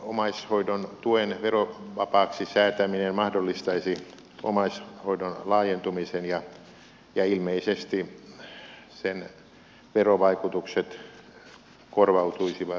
omaishoidon tuen verovapaaksi säätäminen mahdollistaisi omaishoidon laajentumisen ja ilmeisesti sen verovaikutukset korvautuisivat yhteiskunnalle laitoshoidon tarpeen säästöinä